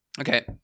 Okay